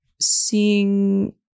seeing